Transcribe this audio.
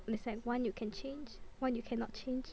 it's like one you can change one you cannot change